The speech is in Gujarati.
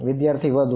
વિદ્યાર્થી વધુ